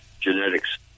genetics